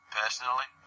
personally